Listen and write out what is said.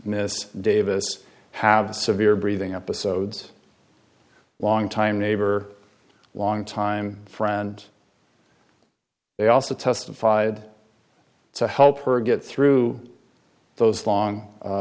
miss davis have severe breathing episodes long time neighbor long time friend they also testified to help her get through those long